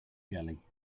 jelly